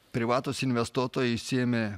privatūs investuotojai išsiėmė